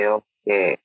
okay